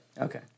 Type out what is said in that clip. Okay